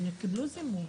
הם קיבלו זימון.